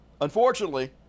Unfortunately